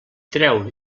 treu